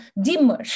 dimmer